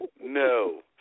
No